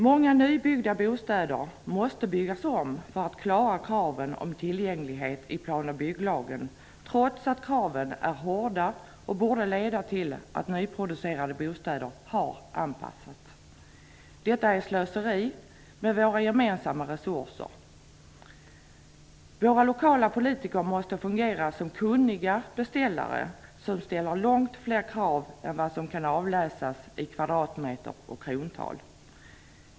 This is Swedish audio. Många nybyggda bostäder måste byggas om för att klara kraven på tillgänglighet i plan och bygglagen, trots att kraven är hårda och borde ha lett till att nyproducerade bostäder hade anpassats. Detta är slöseri med våra gemensamma resurser. Våra lokala politiker måste fungera som kunniga beställare, som ställer långt fler krav än vad som kan avläsas i kvadratmeter och krontal.